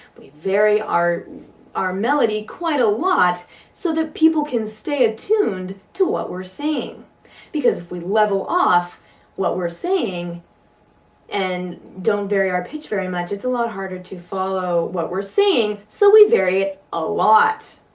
we vary our our melody quite a lot so that people can stay attuned to what we're saying because if we level off what we're saying and don't vary our pitch very much it's a lot harder to follow what we're saying, so we vary it a lot!